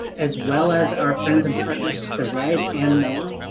as well as our friends and partners to the right and more.